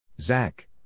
Zach